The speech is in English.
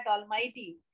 Almighty